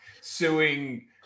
suing